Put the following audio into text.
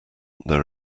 there